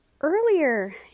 Earlier